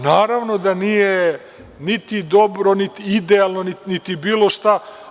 Naravno da nije niti dobro, niti idealno, niti bilo šta.